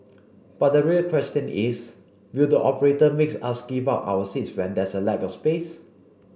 but the real question is will the operator make us give up our seats when there's a lack of space